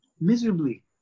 miserably